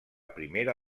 primera